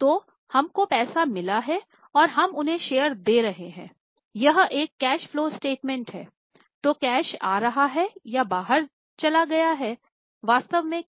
तो हम को पैसा मिला है और हम उन्हें शेयर दे रहे है यह एक कैश फलो स्टेटमेंट है वास्तव में